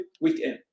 weekend